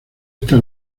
esta